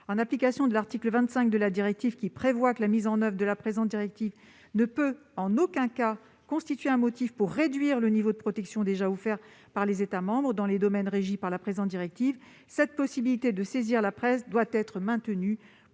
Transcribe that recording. En application de l'article 25, qui prévoit que « la mise en oeuvre de la présente directive ne peut, en aucun cas, constituer un motif pour réduire le niveau de protection déjà offert par les États membres dans les domaines régis par la présente directive », cette possibilité de saisir la presse doit être maintenue